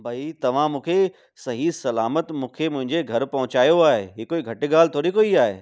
भई तव्हां मूंखे सही सलामत मूंखे मुंहिंजे घर पहुचायो आहे हीअ कोई घटि ॻाल्हि थोरी कोई आहे